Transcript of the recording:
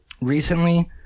recently